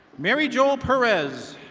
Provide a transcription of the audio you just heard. mary jo perez.